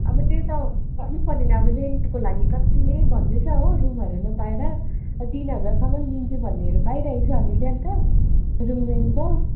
अब त्यो त गर्नुपर्यो नि अब रेन्टको लागि कतिले भन्दैछ हो रुमहरू नपाएर तिन हजारसम्मन् दिन्छु भन्नेहरू पाइरहेको छ हामीले अनि त रुम रेन्टको